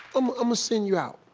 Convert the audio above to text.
um imma send you out.